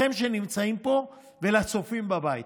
שנמצאים פה, ולצופים בבית: